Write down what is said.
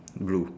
blue